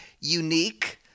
unique